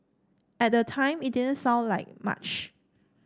at the time it didn't sound like much